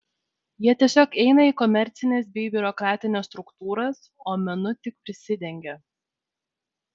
jie tiesiog eina į komercines bei biurokratines struktūras o menu tik prisidengia